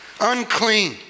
unclean